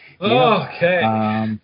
Okay